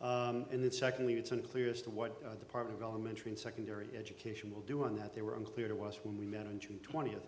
and then secondly it's unclear as to what the part of elementary and secondary education will do in that they were unclear to us when we met on june twentieth